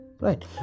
Right